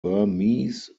burmese